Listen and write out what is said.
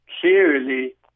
clearly